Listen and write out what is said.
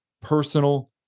Personal